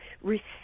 receive